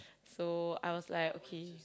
so I was like okay